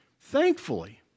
thankfully